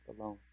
alone